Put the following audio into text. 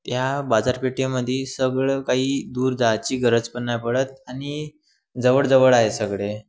त्या बाजारपेठेमध्ये सगळं काही दूर जायची गरज पण नाही पडत आणि जवळजवळ आहे सगळे